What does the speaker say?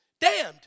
damned